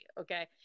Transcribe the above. Okay